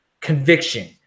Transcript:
Conviction